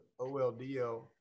OLDO